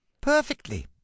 Perfectly